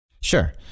Sure